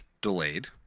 Delayed